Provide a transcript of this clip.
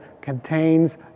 contains